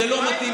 זה לא מתאים.